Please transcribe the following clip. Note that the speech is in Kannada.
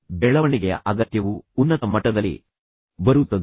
ಅವರಿಗೆ ನಿಜವಾದ ಬೆಳವಣಿಗೆಯ ಅಗತ್ಯವು ಉನ್ನತ ಮಟ್ಟದಲ್ಲಿ ಬರುತ್ತದೆ